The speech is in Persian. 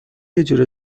اجاره